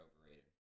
overrated